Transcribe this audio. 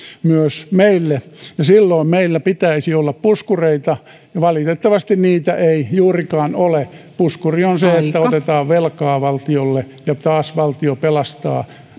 myös meille ja silloin meillä pitäisi olla puskureita ja valitettavasti niitä ei juurikaan ole puskuri on se että otetaan velkaa valtiolle ja taas valtio pelastaa